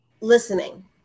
listening